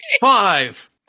five